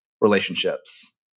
relationships